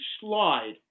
slide